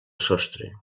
sostre